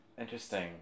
interesting